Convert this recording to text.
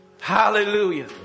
Hallelujah